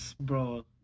bro